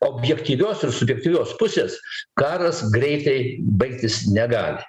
objektyviosios subjektyvios pusės karas greitai baigtis negali